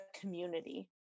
community